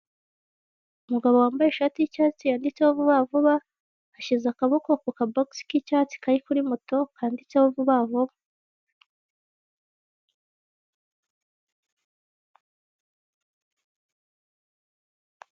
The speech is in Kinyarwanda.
Umugabo wambaye ishati y'icyatsi yanditseho vuba vuba ashyize akaboko kuka bogisi k'icyatsi kari kuri moto kanditseho vuba vuba.